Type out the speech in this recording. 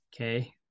Okay